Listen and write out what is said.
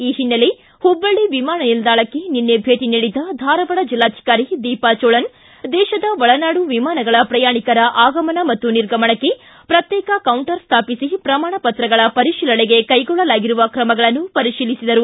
ಈ ಹಿನ್ನೆಲೆ ಹುಬ್ಬಳ್ಳಿ ವಿಮಾನ ನಿಲ್ದಾಣಕ್ಕೆ ನಿನ್ನೆ ಭೇಟಿ ನೀಡಿದ ಧಾರವಾಡ ಜಿಲ್ದಾಧಿಕಾರಿ ದೀಪಾ ಜೋಳನ್ ದೇಶದ ಒಳನಾಡು ವಿಮಾನಗಳ ಪ್ರಯಾಣಿಕರ ಆಗಮನ ಮತ್ತು ನಿರ್ಗಮನಕ್ಕೆ ಪ್ರತ್ಯೇಕ ಕೌಂಟರ್ ಸ್ಥಾಪಿಸಿ ಪ್ರಮಾಣ ಪತ್ರಗಳ ಪರಿಶೀಲನೆಗೆ ಕೈಗೊಳ್ಳಲಾಗಿರುವ ಕ್ರಮಗಳನ್ನು ಪರಿಶೀಲಿಸಿದರು